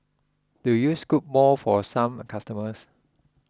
do you scoop more for some customers